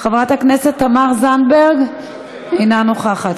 חברת הכנסת תמר זנדברג, אינה נוכחת.